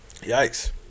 Yikes